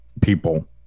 people